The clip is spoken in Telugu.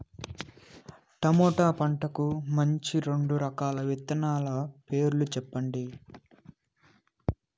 టమోటా పంటకు మంచి రెండు రకాల విత్తనాల పేర్లు సెప్పండి